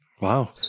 Wow